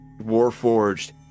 warforged